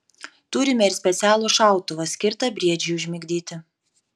turime ir specialų šautuvą skirtą briedžiui užmigdyti